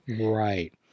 Right